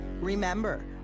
Remember